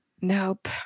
Nope